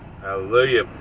Hallelujah